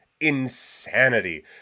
Insanity